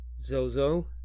Zozo